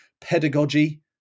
pedagogy